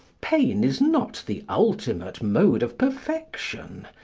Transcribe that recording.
pain is not the ultimate mode of perfection.